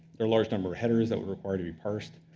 are a large number of headers that will require to be parsed.